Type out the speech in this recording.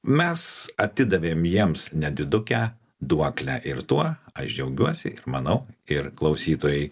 mes atidavėm jiems nedidukę duoklę ir tuo aš džiaugiuosi ir manau ir klausytojai